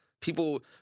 People